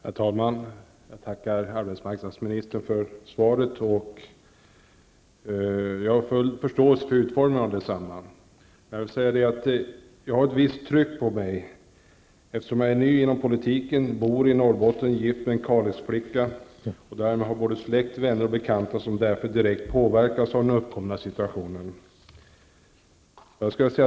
Herr talman! Jag tackar arbetsmarknadsministern för svaret, och jag har full förståelse för utformningen av detsamma. Jag har ett visst tryck på mig, eftersom jag är ny inom politiken, bor i Norrbotten, är gift med en Kalixflicka och därmed har släkt, vänner och bekanta som direkt påverkas av den uppkomna situationen.